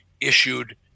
issued